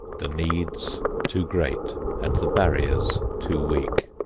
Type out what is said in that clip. the needs too great, and the barriers too weak.